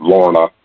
Lorna